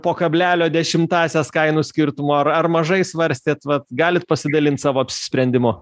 po kablelio dešimtąsias kainų skirtumo ar ar mažai svarstėt vat galit pasidalint savo apsisprendimu